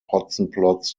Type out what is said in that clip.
hotzenplotz